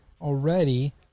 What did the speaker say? already